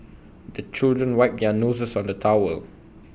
the children wipe their noses on the towel